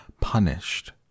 punished